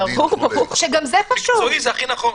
גם זה חשוב.